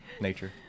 Nature